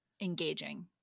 engaging